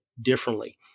differently